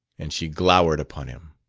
and she glowered upon him.